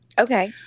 Okay